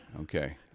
Okay